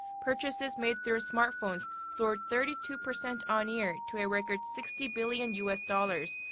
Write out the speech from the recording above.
purchases made through smartphones soared thirty two percent on-year to a record sixty billion us dollars.